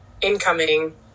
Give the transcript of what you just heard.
incoming